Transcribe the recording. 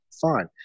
fine